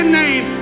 name